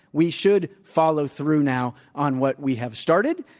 we should follow through now on what we have started.